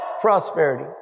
prosperity